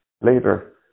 later